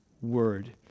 word